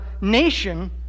nation